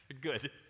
Good